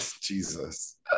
Jesus